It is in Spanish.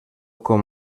con